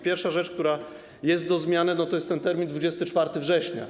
Pierwsza rzecz, która jest do zmiany, to jest ten termin 24 września.